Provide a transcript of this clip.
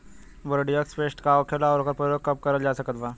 Bordeaux paste का होखेला और ओकर प्रयोग कब करल जा सकत बा?